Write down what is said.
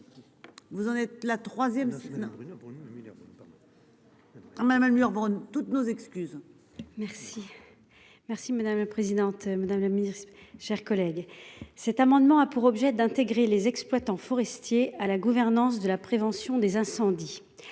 Vous en êtes la troisième non oui non pour Union. Mais même leur toutes nos excuses. Merci. Merci madame la présidente, madame la ministre, chers collègues. Cet amendement a pour objet d'intégrer les exploitants forestiers à la gouvernance de la prévention des incendies